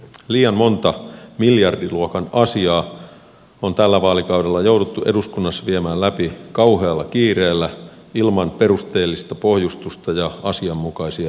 liian monta miljardiluokan asiaa on tällä vaalikaudella jouduttu eduskunnassa viemään läpi kauhealla kiireellä ilman perusteellista pohjustusta ja asianmukaisia riskiarvioita